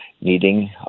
needing